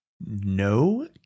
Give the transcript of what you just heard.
No